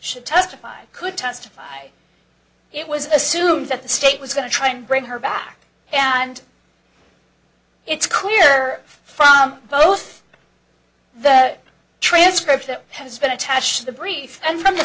should testify could testify it was assumed that the state was going to try and bring her back and it's clear from both that transcript that has been attached to the briefs and from the